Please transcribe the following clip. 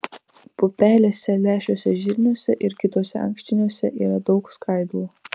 pupelėse lęšiuose žirniuose ir kituose ankštiniuose yra daug skaidulų